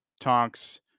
Tonks